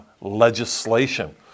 legislation